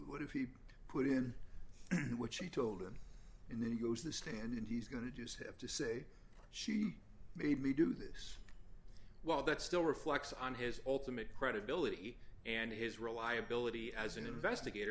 what if people put in what she told him and then he goes the stand and he's going to do step to say she made me do this while that still reflects on his ultimate credibility and his reliability as an investigator